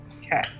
Okay